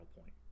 point